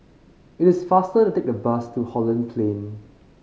it is faster to take the bus to Holland Plain